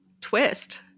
twist